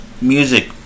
Music